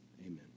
Amen